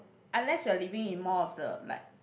unless you're living in more of the like